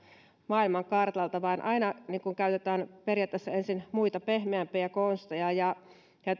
maailmankartalta vaan aina käytetään periaatteessa ensin muita pehmeämpiä konsteja